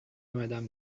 madame